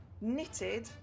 knitted